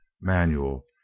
manual